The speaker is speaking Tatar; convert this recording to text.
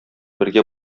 бергә